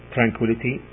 Tranquility